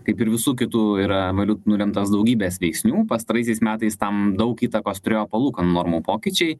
kaip ir visų kitų yra valut nulemtas daugybės veiksnių pastaraisiais metais tam daug įtakos turėjo palūkanų normų pokyčiai